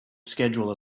schedule